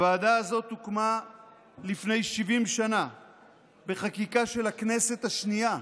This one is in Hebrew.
הוועדה הזאת הוקמה לפני 70 שנה בחקיקה של הכנסת השנייה.